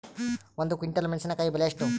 ಒಂದು ಕ್ವಿಂಟಾಲ್ ಮೆಣಸಿನಕಾಯಿ ಬೆಲೆ ಎಷ್ಟು?